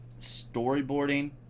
storyboarding